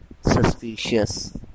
Suspicious